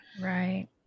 Right